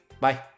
Bye